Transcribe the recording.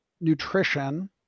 nutrition